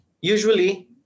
Usually